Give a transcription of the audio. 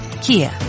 Kia